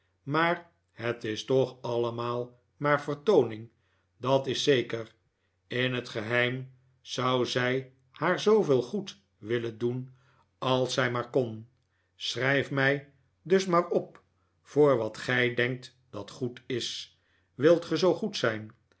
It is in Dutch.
maar het is toch allemaal maar vertooning dat is zeker in het geheim zou zij haar zooveel goed willen doen als zij maar kon schrijf mij dus maar op voor wat gij denkt dat goed is wilt ge zoo goed zijn